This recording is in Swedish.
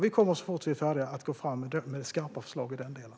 Vi kommer så fort vi är färdiga att gå fram med skarpa förslag i den delen.